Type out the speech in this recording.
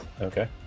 Okay